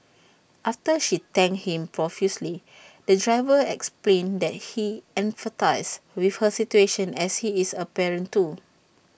after she thanked him profusely the driver explained that he empathised with her situation as he is A parent too